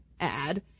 ad